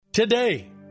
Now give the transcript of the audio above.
Today